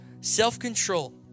self-control